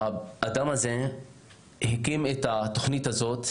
האדם הזה הקים את התוכנית הזאת